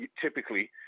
typically